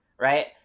right